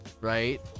right